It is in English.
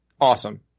awesome